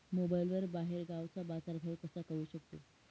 मोबाईलवर बाहेरगावचा बाजारभाव कसा कळू शकतो?